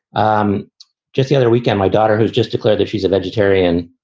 um just the other weekend, my daughter, who's just declared that she's a vegetarian,